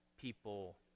people